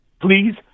Please